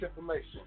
information